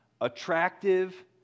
attractive